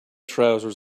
trousers